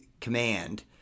command